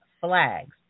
flags